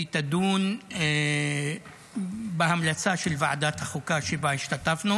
והיא תדון בהמלצה של ועדת החוקה, שבה השתתפנו,